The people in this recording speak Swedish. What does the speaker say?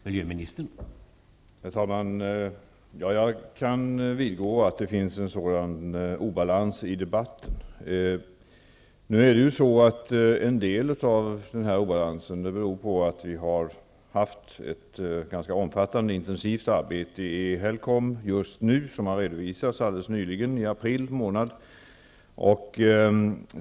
Herr talman! Jag kan vidgå att det finns en sådan obalans i debatten. En del av obalansen beror på att vi just nu har haft ett ganska omfattande och intensivt arbete i HELCOM. Det redovisades i april.